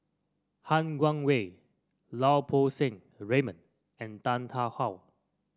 Han Guangwei Lau Poo Seng Raymond and Tan Tarn How